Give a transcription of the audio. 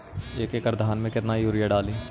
एक एकड़ धान मे कतना यूरिया डाली?